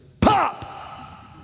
pop